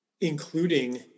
including